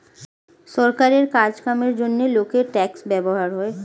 সরকারের কাজ কামের জন্যে লোকের ট্যাক্স ব্যবহার হয়